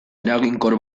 eraginkor